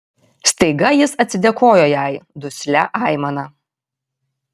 staiga jis atsidėkojo jai duslia aimana